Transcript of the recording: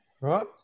right